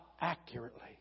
accurately